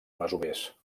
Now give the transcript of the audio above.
masovers